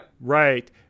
Right